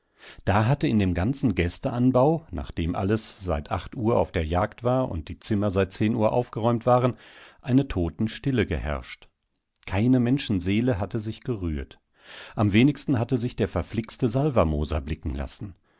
da hatte in dem ganzen gästeanbau nachdem alles seit acht uhr auf der jagd war und die zimmer seit zehn uhr aufgeräumt waren eine totenstille geherrscht keine menschenseele hatte sich gerührt am wenigsten hatte sich der verflixte salvermoser blicken lassen